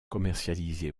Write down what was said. commercialisée